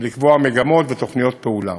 ולקבוע מגמות ותוכניות פעולה.